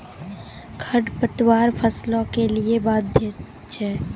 खडपतवार फसलों के लिए बाधक हैं?